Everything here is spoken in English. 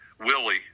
Willie